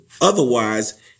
Otherwise